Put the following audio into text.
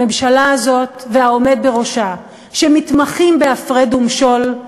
הממשלה הזאת והעומד בראשה, שמתמחים בהפרד ומשול,